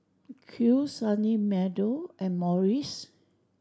Kiehl's Sunny Meadow and Morries